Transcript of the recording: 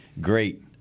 Great